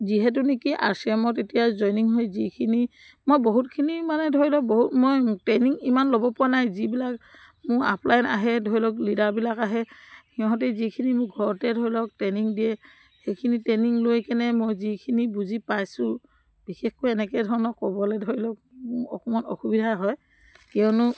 যিহেতু নেকি আৰ চি এমত এতিয়া জইনিং হয় যিখিনি মই বহুতখিনি মানে ধৰি লওক বহুত মই ট্ৰেইনিং ইমান ল'ব পৰা নাই যিবিলাক মোৰ আপলাইন আহে ধৰি লওক লিডাৰবিলাক আহে সিহঁতে যিখিনি মোৰ ঘৰতে ধৰি লওক ট্ৰেইনিং দিয়ে সেইখিনি ট্ৰেইনিং লৈ কেনে মই যিখিনি বুজি পাইছোঁ বিশেষকৈ এনেকৈ ধৰণৰ ক'বলৈ ধৰি লওক মোৰ অকণমান অসুবিধা হয় কিয়নো